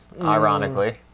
ironically